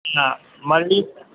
ஆ மறுபடி